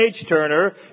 H-turner